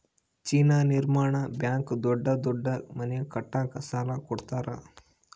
China ನಿರ್ಮಾಣ bank ದೊಡ್ಡ ದೊಡ್ಡ ಮನೆ ಕಟ್ಟಕ ಸಾಲ ಕೋಡತರಾ